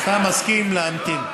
אתה מסכים להמתין.